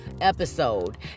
episode